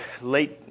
late